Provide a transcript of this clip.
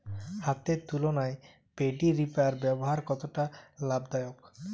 হাতের তুলনায় paddy reaper ব্যবহার কতটা লাভদায়ক?